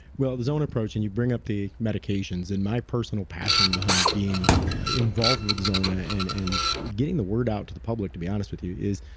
well the zona approach and you bring up the medications and my personal passion behind being involved with zona and and getting the word out to the public to be honest with you is,